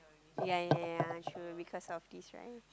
ya ya ya true because of this right